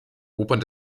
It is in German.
opern